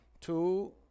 two